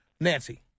Nancy